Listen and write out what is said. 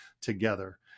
together